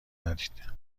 ندید